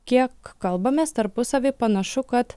kiek kalbamės tarpusavy panašu kad